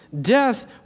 Death